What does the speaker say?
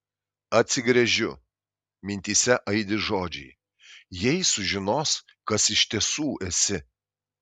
atsigręžiu mintyse aidi žodžiai jei sužinos kas iš tiesų esi